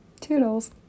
toodles